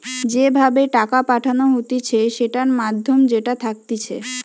যে ভাবে টাকা পাঠানো হতিছে সেটার মাধ্যম যেটা থাকতিছে